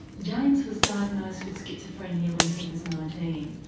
james was diagnosed with schizophrenia when he was nineteen.